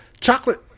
Chocolate